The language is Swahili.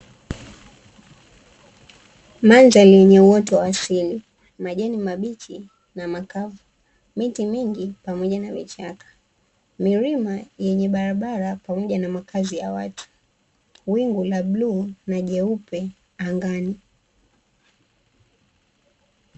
Mandhari yenye uwoto wa asili yenye majani mabichi , miti mingi pamoja na vichaka, milima yenye barabara na makazi ya watu, wingu la bluu na jeupe angani.